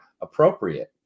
appropriate